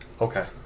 Okay